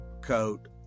coat